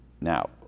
Now